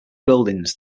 buildings